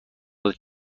داد